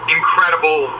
incredible